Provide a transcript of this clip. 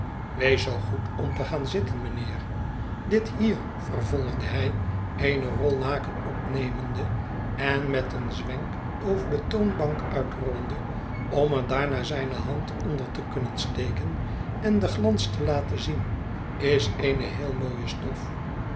wees zoo goed om te gaan zitten mijnheer dit hier vervolgde hij eene rol laken opnemende en met een zwenk over de toonbank uitrollende om er daarna zijne hand onder te kunnen steken en den glans te laten zien is eene heel mooie stof